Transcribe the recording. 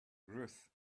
ruth